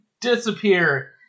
disappear